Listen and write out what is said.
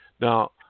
now